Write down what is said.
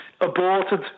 aborted